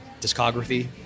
discography